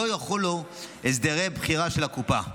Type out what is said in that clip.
לא יחולו הסדרי בחירה של הקופה,